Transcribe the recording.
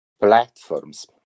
platforms